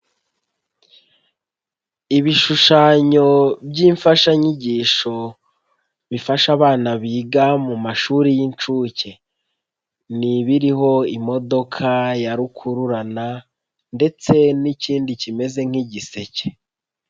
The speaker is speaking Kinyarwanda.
Ibishushanyo by'imfashanyigisho bifasha abana biga mu mashuri y'inshuke. Ni ibiriho imodoka ya rukururana, ndetse n'ikindi kimeze nk'igiseke.